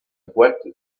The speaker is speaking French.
boite